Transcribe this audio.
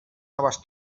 noves